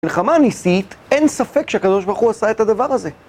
מלחמה נשיאית, אין ספק שהקדוש ברוך הוא עשה את הדבר הזה